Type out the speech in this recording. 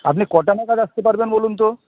আপনি কটা নাগাদ আসতে পারবেন বলুন তো